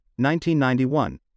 1991